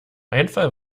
einfall